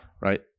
Right